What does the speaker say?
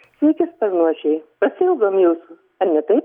sveiki sparnuočiai pasiilgom jūsų ar ne taip